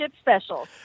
special